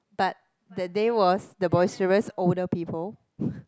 but that day was the boisterous older people